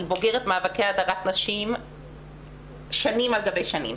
אני בוגרת מאבקי הדרת נשים שנים על גבי שנים,